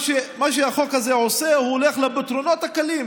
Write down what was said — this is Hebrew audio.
מה שהחוק הזה עושה הוא שהוא הולך לפתרונות הקלים.